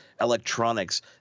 electronics